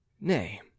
nay